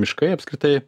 miškai apskritai